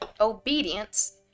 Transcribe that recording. obedience